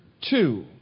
two